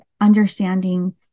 understanding